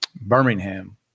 Birmingham